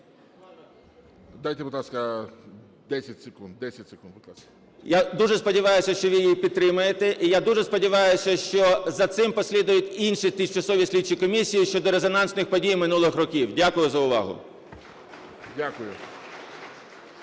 секунд, будь ласка. СКОРИК М.Л. Я дуже сподіваюся, що ви її підтримаєте, і я дуже сподіваюся, що за цим послідують і інші тимчасові слідчі комісії щодо резонансних подій минулих років. Дякую за увагу.